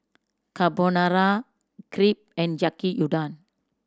Carbonara Crepe and Yaki Udon